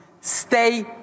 Stay